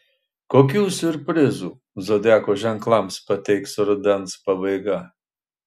kokių siurprizų zodiako ženklams pateiks rudens pabaiga